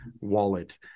wallet